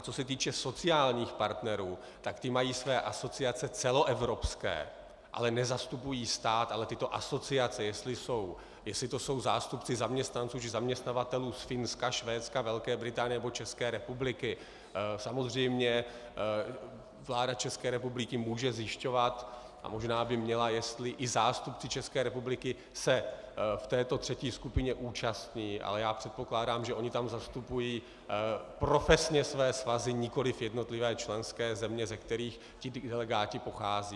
Co se týče sociálních partnerů, tak ti mají své asociace celoevropské, ale nezastupují stát, ale tyto asociace, jestli to jsou zástupci zaměstnanců či zaměstnavatelů z Finska, Švédska, Velké Británie nebo České republiky samozřejmě vláda České republiky může zjišťovat, a možná by měla, jestli i zástupci České republiky se v této třetí skupině účastní, ale já předpokládám, že oni tam zastupují profesně své svazy, nikoli jednotlivé členské země, ze kterých tito delegáti pocházejí.